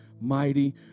mighty